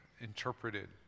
interpreted